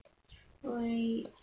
alright